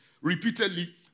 Repeatedly